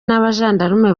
n’abajandarume